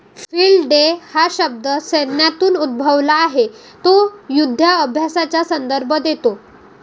field day हा शब्द सैन्यातून उद्भवला आहे तो युधाभ्यासाचा संदर्भ देतो